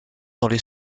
les